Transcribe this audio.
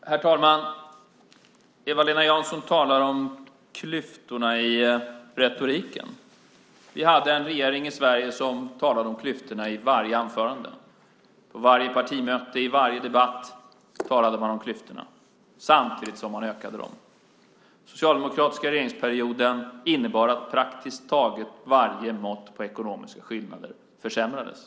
Herr talman! Eva-Lena Jansson talar om klyftorna i retoriken. Vi hade en regering i Sverige som talade om klyftorna i varje anförande. På varje partimöte, i varje debatt talade man om klyftorna samtidigt som man ökade dem. Den socialdemokratiska regeringsperioden innebar att praktiskt taget varje mått på ekonomiska skillnader försämrades.